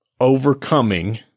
overcoming